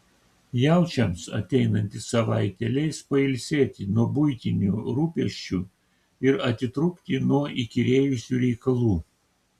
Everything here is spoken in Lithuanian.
jaučiams ateinanti savaitė leis pailsėti nuo buitinių rūpesčių ir atitrūkti nuo įkyrėjusių reikalų